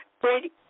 Brady